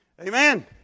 Amen